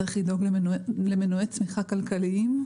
צריך לדאוג למנועי צמיחה כלכליים.